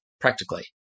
practically